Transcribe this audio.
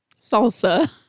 Salsa